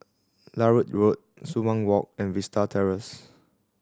Larut Road Sumang Walk and Vista Terrace